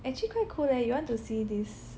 actually quite cool leh you want to see this